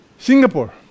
Singapore